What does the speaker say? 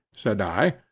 said i,